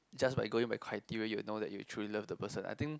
just by going by criteria you will know that you truly love the person I think